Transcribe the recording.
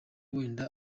wenda